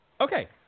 Okay